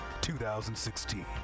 2016